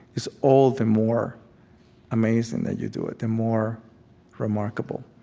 it's all the more amazing that you do it, the more remarkable.